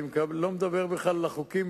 ואני לא מדבר בכלל על חוקים,